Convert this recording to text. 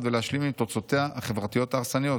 ולהשלים עם תוצאותיה החברתיות ההרסניות?